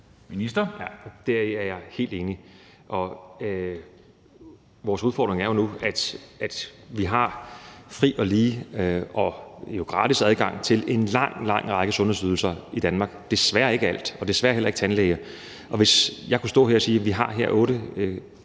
Heunicke): Deri er jeg helt enig, og vores udfordring er nu, at vi har fri og lige og jo gratis adgang til en lang, lang række sundhedsydelser i Danmark, men at det desværre ikke er til alt, og at det desværre heller ikke er til tandlæge. Hvis jeg kunne stå her og sige, at her har vi et